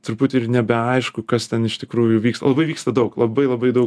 truputį ir nebeaišku kas ten iš tikrųjų vyksta labai vyksta daug labai labai daug